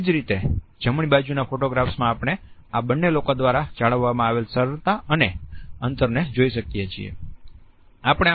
એ જ રીતે જમણી બાજુના ફોટોગ્રાફમાં આપણે આ બંને લોકો દ્વારા જાળવવામાં આવેલી સરળતા અને અંતર ને જોઈ શકીએ છીએ